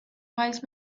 wise